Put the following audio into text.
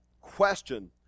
question